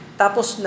tapos